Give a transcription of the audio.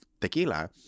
tequila